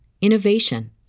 innovation